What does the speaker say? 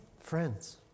friends